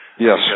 Yes